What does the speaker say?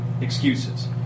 excuses